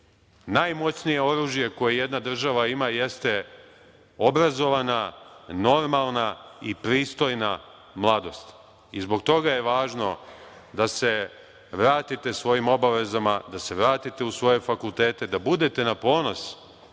Najmoćnije oružje koje jedna država ima jeste obrazovana, normalna i pristojna mladost i zbog toga je važno da se vratite svojim obavezama, da se vratite u svoje fakultete, da budete na ponos